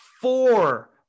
four